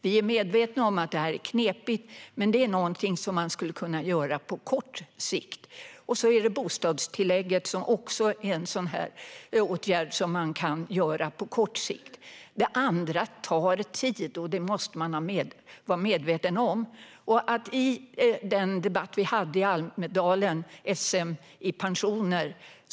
Vi är medvetna om att detta är knepigt, men det är någonting som man skulle kunna göra på kort sikt. Bostadstillägget är också något som kan åtgärdas på kort sikt. Andra saker tar tid. Det måste man vara medveten om. I Almedalen hade vi debatt-SM om pensioner.